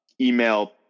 email